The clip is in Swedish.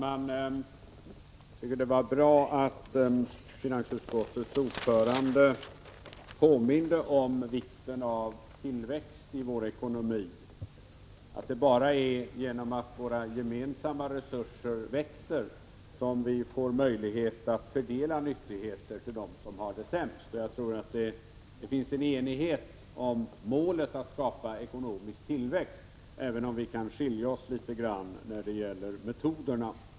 Herr talman! Det var bra att finansutskottets ordförande påminde om vikten av tillväxt i vår ekonomi, om att det bara är genom att våra gemensamma resurser växer som vi får möjlighet att fördela nyttigheter till dem som har det sämst. Jag tror det finns en enighet om målet att skapa ekonomisk tillväxt, även om vi kan skilja oss litet när det gäller metoderna.